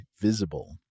Visible